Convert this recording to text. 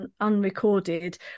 unrecorded